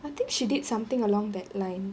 I think she did something along that line